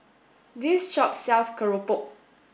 this shop sells Keropok